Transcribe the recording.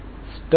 మొదలైనవి